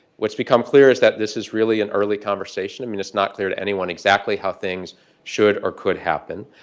what's become clear is that this is really an early conversation. i mean, it's not clear to anyone exactly how things should or could happen.